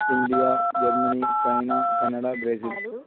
India Germany China Canada Brazil